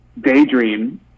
daydream